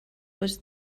was